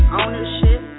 ownership